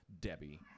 Debbie